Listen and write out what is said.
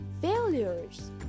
failures